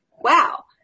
wow